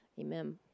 Amen